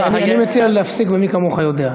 אני מציע להפסיק ב"מי כמוך יודע",